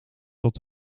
tot